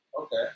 Okay